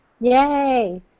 yay